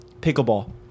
pickleball